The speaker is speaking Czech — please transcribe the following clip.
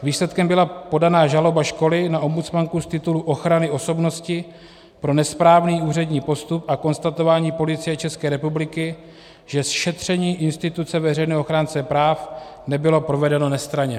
Výsledkem byla podaná žaloba školy na ombudsmanku z titulu ochrany osobnosti pro nesprávný úřední postup a konstatování Policie České republiky, že šetření instituce veřejného ochránce práv nebylo provedeno nestranně.